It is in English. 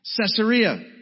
Caesarea